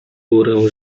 górę